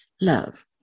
love